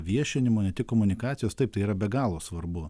viešinimo ne tik komunikacijos taip tai yra be galo svarbu